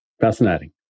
fascinating